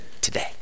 today